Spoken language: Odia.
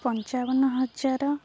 ପଞ୍ଚାବନ ହଜାର